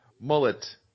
Mullet